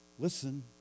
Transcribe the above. Listen